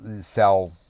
sell